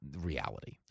reality